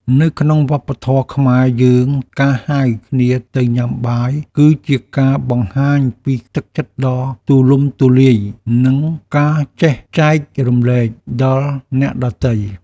នៅក្នុងវប្បធម៌ខ្មែរយើងការហៅគ្នាទៅញ៉ាំបាយគឺជាការបង្ហាញពីទឹកចិត្តដ៏ទូលំទូលាយនិងការចេះចែករំលែកដល់អ្នកដទៃ។